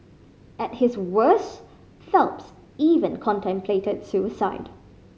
at his worst Phelps even contemplated suicide